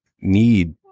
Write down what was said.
need